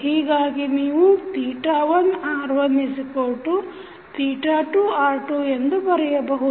ಹೀಗಾಗಿ ನೀವು 1r12r2 ಎಂದು ಬರೆಯಬಹುದು